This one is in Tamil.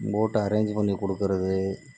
போட்டு அரேஞ்ச் பண்ணிக் கொடுக்கறது